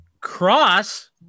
cross